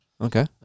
Okay